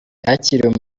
yakiriye